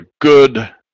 good